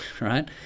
right